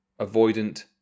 avoidant